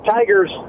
Tigers